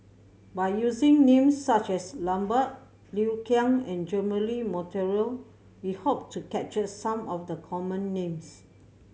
by using names such as Lambert Liu Kang and Jeremy Monteiro we hope to capture some of the common names